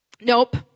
Nope